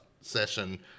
session